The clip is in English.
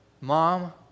mom